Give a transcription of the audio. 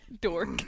dork